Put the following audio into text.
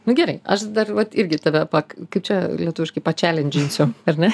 nu gerai aš dar vat irgi tave pak kaip čia lietuviškai pačelindžinsiu ar ne